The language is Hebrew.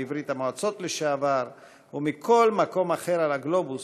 מברית המועצות לשעבר ומכל מקום אחר על הגלובוס,